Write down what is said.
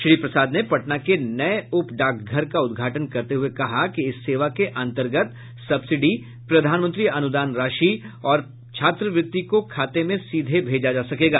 श्री प्रसाद ने पटना के नये उप डाकघर का उदघाटन करते हये कहा कि इस सेवा के अन्तर्गत सब्सिडी प्रधानमंत्री अनुदान राशि और छात्रवृत्ति को खाते में सीधे भेजा जा सकेगा